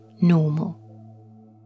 normal